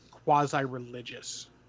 Quasi-religious